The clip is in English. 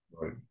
Right